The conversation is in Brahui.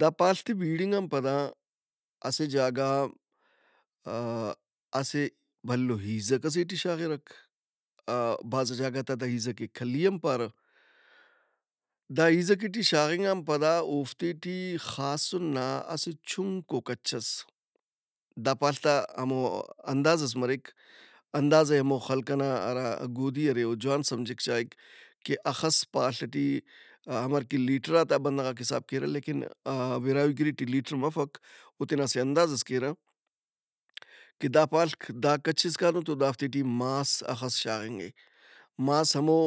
دا پاڷت ئے بِیڑِنگ ان پدا اسہ جاگہ آ آ- اسہ بھلو ہیزک ئسے ٹی شاغِرک آ- بھازا جاگہ تا تہ ہِیزک ئے کھلی ہم پارہ۔ دا ہیزک ئٹی شاغِنگ ان پدا اوفتے ٹی خاسُن نا اسہ چُھنکو کچ ئس دا پاڷت آ ہمو اندازہس مریک۔ اندازہ ئے ہمو خلق ئنا ہرا گودی مریک او جوان سمجھک چائک۔ کہ ہخس پاڷ ئٹی ہمر کہ لیٹرات آبندغاک حساب کیرہ لیکن براہوئی گِری ٹی لیٹر مفک او تینا اسہ اندازہس کیرہ کہ دا پاڷک دا کچ اسکان او تو دا دافتے ٹی ماس ہخس شاغِنگِک۔ ماس ہمو